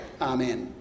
amen